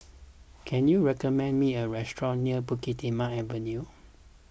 can you recommend me a restaurant near Bukit Timah Avenue